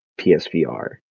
PSVR